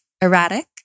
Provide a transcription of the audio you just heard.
erratic